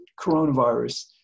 coronavirus